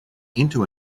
into